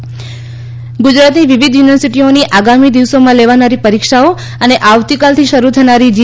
university પરીક્ષાઓ ગુજરાતની વિવિધ યુનિવર્સિટીઓની આગામી દિવસોમાં લેવાનારી પરિક્ષાઓ અને આવતીકાલથી શરૂ થનારી જી